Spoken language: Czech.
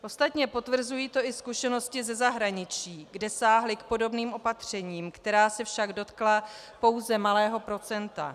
Ostatně potvrzují to i zkušenosti ze zahraničí, kde sáhli k podobným opatřením, která se však dotkla pouze malého procenta.